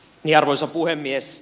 arvoisa puhemies